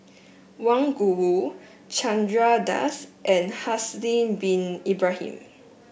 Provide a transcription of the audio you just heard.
Wang Gungwu Chandra Das and Haslir Bin Ibrahim